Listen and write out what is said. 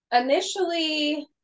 Initially